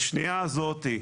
בשנייה הזאת,